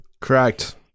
Correct